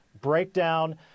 breakdown